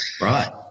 Right